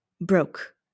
broke